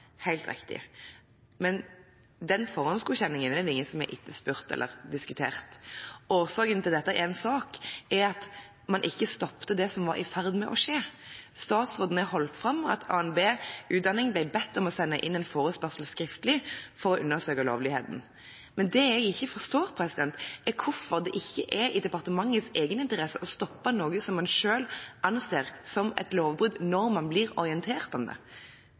helt riktig. Men den forhåndsgodkjenningen er det ingen som har etterspurt eller diskutert. Årsaken til at dette er en sak, er at en ikke stoppet det som var i ferd med å skje. Statsråden har holdt fram at ABN Utdanning ble bedt om å sende inn en forespørsel skriftlig for å undersøke lovligheten, men det jeg ikke forstår, er hvorfor det ikke er i departementets egeninteresse å stoppe noe som en selv anser som et lovbrudd, når man blir